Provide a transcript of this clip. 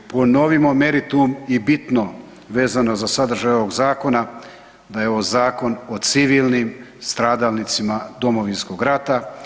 Ponovimo meritum i bitno vezano za sadržaj ovog Zakona da je ovo Zakon o civilnim stradalnicima Domovinskog rata.